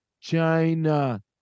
China